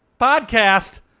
podcast